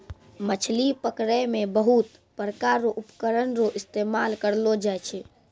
मछली पकड़ै मे बहुत प्रकार रो उपकरण रो इस्तेमाल करलो जाय छै